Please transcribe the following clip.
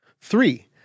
Three